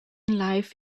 life